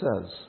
says